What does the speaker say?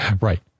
Right